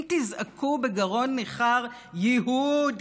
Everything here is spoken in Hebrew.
אם תזעקו בגרון ניחר: ייהוד,